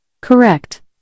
Correct